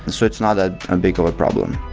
and so it's not a um big of a problem.